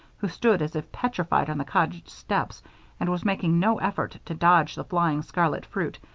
who stood as if petrified on the cottage steps and was making no effort to dodge the flying scarlet fruit,